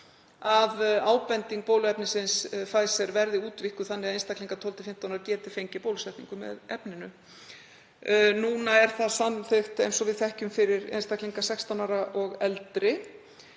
að ábending bóluefnisins Pfeizer verði útvíkkuð þannig að einstaklingar 12–15 ára geti fengið bólusetningu með efninu. Núna er það samþykkt fyrir einstaklinga 16 ára og eldri,